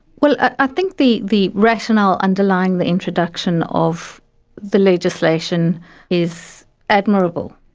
well, i think the the rationale underlying the introduction of the legislation is admirable.